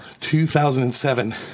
2007